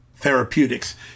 Therapeutics